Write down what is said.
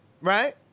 right